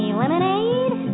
lemonade